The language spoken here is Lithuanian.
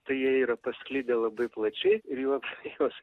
tai jie yra pasklidę labai plačiai ir juos juos